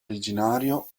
originario